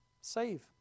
Save